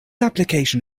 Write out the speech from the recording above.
application